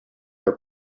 are